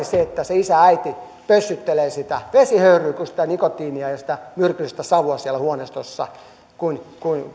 se että isä ja äiti pössyttelevät sitä vesihöyryä kuin se että pössyttelisivät sitä nikotiinia ja sitä myrkyllistä savua siellä huoneistossa niin kuin